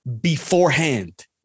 beforehand